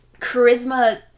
charisma